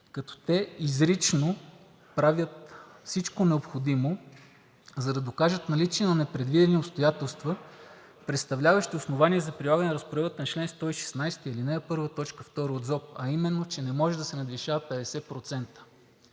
като те изрично правят всичко необходимо, за да докажат наличие на непредвидени обстоятелства, представляващи основание за прилагане разпоредбата на чл. 116, ал. 1, т. 2 от ЗОП, а именно, че не може да се надвишава 50%.